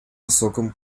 высоком